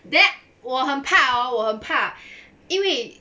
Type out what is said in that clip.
that 我很怕 hor 我很怕因为